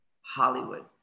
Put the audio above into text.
Hollywood